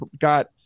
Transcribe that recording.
got